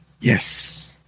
Yes